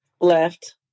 left